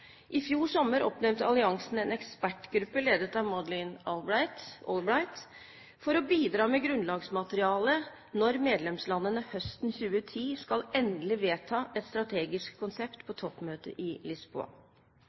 I fjor sommer oppnevnte alliansen en ekspertgruppe ledet av Madeleine Albright for å bidra med grunnlagsmateriale når medlemslandene høsten 2010 skal endelig vedta et strategisk konsept på toppmøtet i Lisboa.